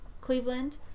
cleveland